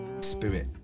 spirit